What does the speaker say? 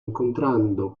incontrando